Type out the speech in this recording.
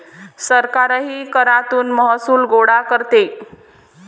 सरकारही करातून महसूल गोळा करते